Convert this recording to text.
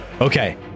Okay